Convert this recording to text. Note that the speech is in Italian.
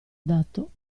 dato